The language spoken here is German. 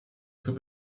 zur